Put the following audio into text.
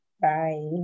Bye